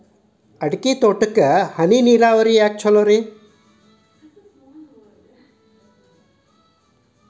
ಅಡಿಕೆ ತೋಟಕ್ಕ ಹನಿ ನೇರಾವರಿಯೇ ಯಾಕ ಛಲೋ?